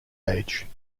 age